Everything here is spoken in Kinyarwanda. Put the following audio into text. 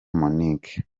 monique